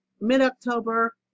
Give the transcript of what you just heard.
mid-October